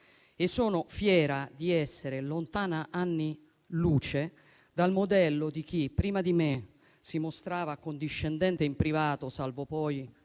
e sono fiera di essere lontana anni luce dal modello di chi prima di me si mostrava condiscendente in privato, salvo poi